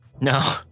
no